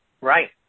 Right